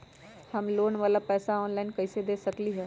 हम लोन वाला पैसा ऑनलाइन कईसे दे सकेलि ह?